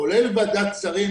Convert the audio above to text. כולל ועדת שרים